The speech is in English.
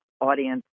audience